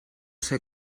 ser